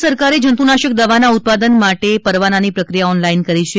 રાજ્ય સરકારે જંતુનાશક દવાના ઉત્પાદન માટે પરવાનાની પ્રક્રિયાઓનલાઇન કરી છે